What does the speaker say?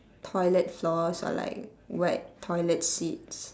toilet floors or like wet toilet seats